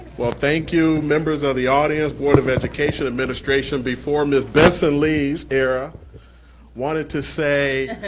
well, thank you, members of the audience, board of education, administration. before ms. benson leaves, era, i wanted to say,